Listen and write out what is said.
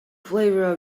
flavour